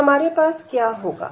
तो हमारे पास क्या होगा